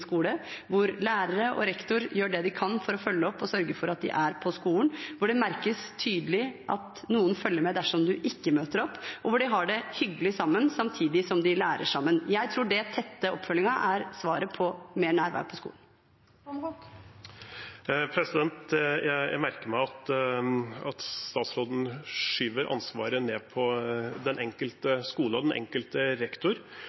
skole, hvor lærere og rektor gjør det de kan for å følge opp og sørge for at elevene er på skolen, hvor det merkes tydelig at noen følger med, dersom man ikke møter opp, og hvor de har det hyggelig sammen samtidig som de lærer sammen. Jeg tror den tette oppfølgingen er svaret på mer nærvær på skolen. Jeg merker meg at statsråden skyver ansvaret ned på den enkelte skole og den enkelte rektor,